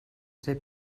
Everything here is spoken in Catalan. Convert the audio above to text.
ser